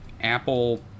Apple